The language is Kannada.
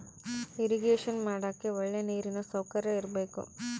ಇರಿಗೇಷನ ಮಾಡಕ್ಕೆ ಒಳ್ಳೆ ನೀರಿನ ಸೌಕರ್ಯ ಇರಬೇಕು